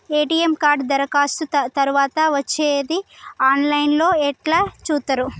ATM card దరఖాస్తు తరువాత వచ్చేది ఆన్ లైన్ లో ఎట్ల చూత్తరు?